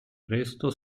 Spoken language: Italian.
presto